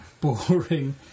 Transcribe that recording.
boring